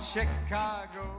Chicago